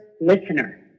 listener